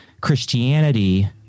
Christianity